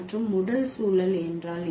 மற்றும் உடல் சூழல் என்றால் என்ன